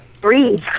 breathe